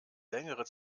längere